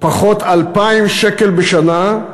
פחות 2,000 שקלים בשנה,